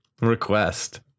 request